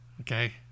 Okay